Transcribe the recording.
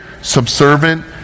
subservient